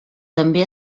també